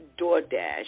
DoorDash